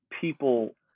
people